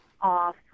off